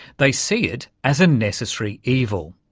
they see it as a necessary evil,